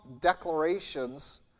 declarations